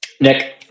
Nick